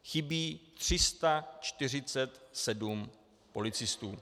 Chybí 347 policistů.